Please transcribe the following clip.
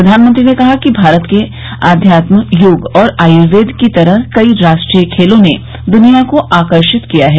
प्रधानमंत्री ने कहा कि भारत के अध्यात्म योग और आयुर्वेद की तरह कई राष्ट्रीय खेलों ने दुनिया को आकर्षित किया है